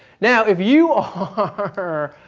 now if you ah are